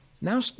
Now